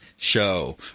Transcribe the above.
Show